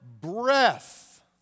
breath